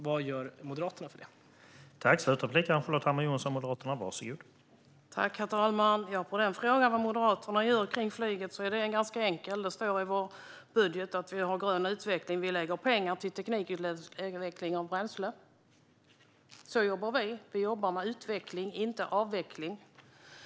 Vad gör Moderaterna åt detta?